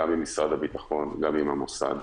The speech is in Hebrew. גם עם משרד הביטחון וגם עם המוסד.